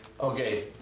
Okay